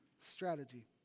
Strategy